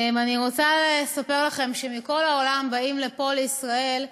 אני רוצה לספר לכם שמכל העולם באים לפה, לישראל,